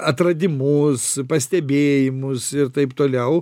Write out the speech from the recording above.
atradimus pastebėjimus ir taip toliau